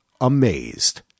amazed